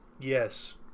Yes